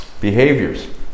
behaviors